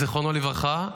זיכרונו לברכה,